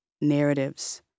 narratives